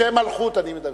בשם מלכות אני מדבר.